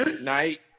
night